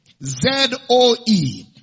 Z-O-E